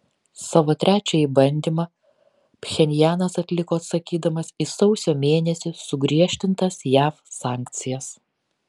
savo trečiąjį bandymą pchenjanas atliko atsakydamas į sausio mėnesį sugriežtintas jav sankcijas